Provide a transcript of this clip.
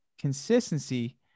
consistency